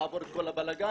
לעבור את כל הבלגן,